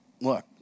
look